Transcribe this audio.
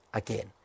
again